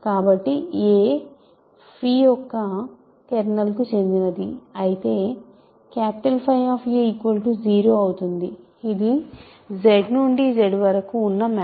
కాబట్టి a 𝚽యొక్క kernel కు చెందినది అయితే 𝚽 0అవుతుంది ఇది G నుండి G వరకు ఉన్నమ్యాప్